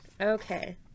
Okay